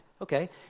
Okay